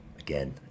Again